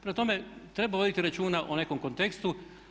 Prema tome treba voditi računa o nekom kontekstu.